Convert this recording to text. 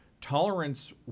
tolerance